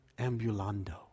ambulando